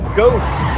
Ghosts